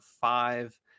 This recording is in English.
five